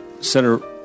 Senator